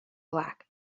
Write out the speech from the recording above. black